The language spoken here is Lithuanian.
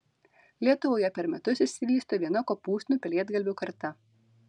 lietuvoje per metus išsivysto viena kopūstinių pelėdgalvių karta